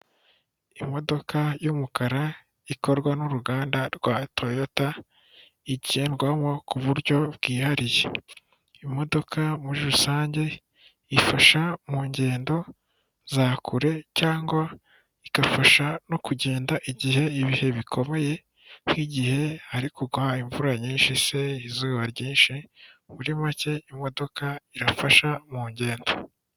Imodoka y'umukara ikorwa n'uruganda rwa toyota igendwamo ku buryo bwihariye, imodoka muri rusange ifasha mu ngendo za kure cyangwa igafasha no kugenda igihe ibihe bikomeye nk'igihe hari kugwa imvura nyinshi se izuba ryinshi, muri make imodoka irafasha mu ngendo.